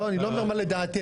לא אומר את דעתי.